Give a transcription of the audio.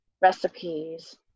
recipes